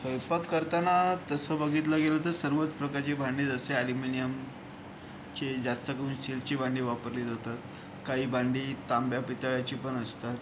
स्वयंपाक करताना तसं बघितलं गेलं तर सर्वच प्रकारची भांडी जसे ॲलिमिनिअमचे जास्त करून स्टीलची भांडी वापरली जातात काही भांडी तांब्या पितळ्याची पण असतात